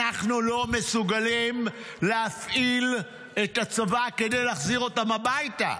אנחנו לא מסוגלים להפעיל את הצבא כדי להחזיר אותם הביתה.